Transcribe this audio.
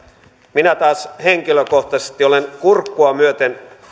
minä taas henkilökohtaisesti olen kurkkuani myöten